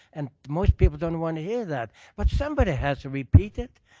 and most people don't want to hear that. but somebody has to repeat it.